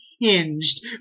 Hinged